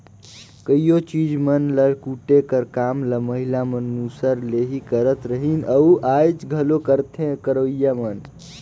कइयो चीज मन ल कूटे कर काम ल महिला मन मूसर ले ही करत रहिन अउ आएज घलो करथे करोइया मन